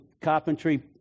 carpentry